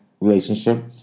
relationship